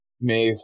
Maeve